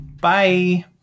Bye